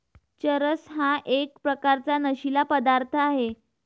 चरस हा एक प्रकारचा नशीला पदार्थ आहे